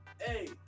hey